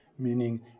Meaning